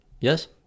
Yes